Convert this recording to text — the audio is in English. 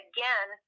Again